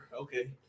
okay